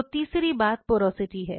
तो तीसरी बात पोरोसिटी है